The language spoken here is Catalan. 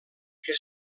que